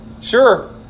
Sure